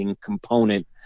component